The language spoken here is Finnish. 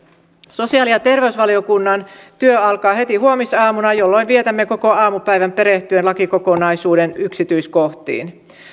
sosiaali ja terveysvaliokunnan työ alkaa heti huomisaamuna jolloin vietämme koko aamupäivän perehtyen lakikokonaisuuden yksityiskohtiin